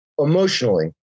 emotionally